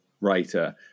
writer